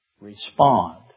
respond